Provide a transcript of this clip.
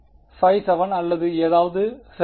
57 அல்லது ஏதாவது சரி